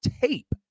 tape